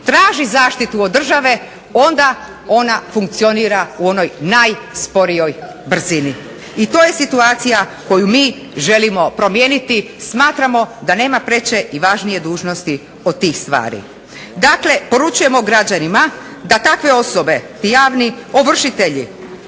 traži zaštitu od države onda ona funkcionira u onoj najsporijoj brzini. I to je situacija koju mi želimo promijeniti. Smatramo da nema preče i važnije dužnosti od tih stvari. Dakle, poručujemo građanima da takve osobe ti javni ovršitelji,